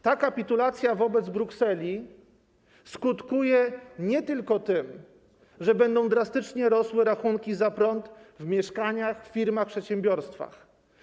Ta kapitulacja wobec Brukseli skutkuje nie tylko tym, że będą drastycznie rosły rachunki za prąd w mieszkaniach, w firmach, w przedsiębiorstwach.